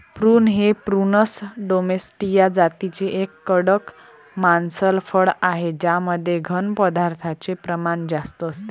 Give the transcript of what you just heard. prune हे प्रूनस डोमेस्टीया जातीचे एक कडक मांसल फळ आहे ज्यामध्ये घन पदार्थांचे प्रमाण जास्त असते